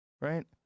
Right